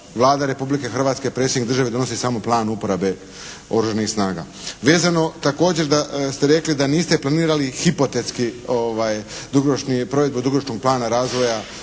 Vlada Republike Hrvatske. Predsjednik države donosi samo Plan uporabe oružanih snaga. Vezano također da ste rekli da niste planirali hipotetski dugoročni, provedbu dugoročnog plana razvoja